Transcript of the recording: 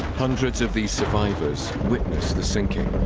hundreds of these survivors witnessed the sinking